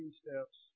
steps